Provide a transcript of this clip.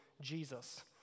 Jesus